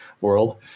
world